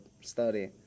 study